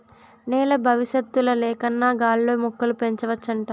నేల బవిసత్తుల లేకన్నా గాల్లో మొక్కలు పెంచవచ్చంట